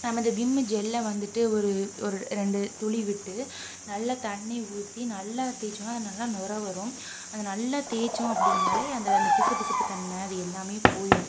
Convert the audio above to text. நம்ம இந்த விம்மு ஜெல்ல வந்துட்டு ஒரு ஒரு ரெண்டு துளி விட்டு நல்ல தண்ணி ஊற்றி நல்லா தேய்ச்சோன்னா அது நல்லா நொரை வரும் அதை நல்லா தேய்ச்சோம் அப்படினாலே அதில் அந்த பிசுபிசுப்பு தன்மை அது எல்லாமே போயடும்